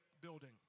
building